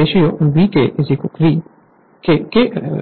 Refer Slide Time